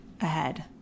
ahead